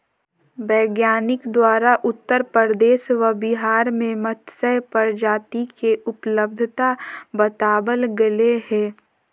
वैज्ञानिक द्वारा उत्तर प्रदेश व बिहार में मत्स्य प्रजाति के उपलब्धता बताबल गले हें